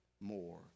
more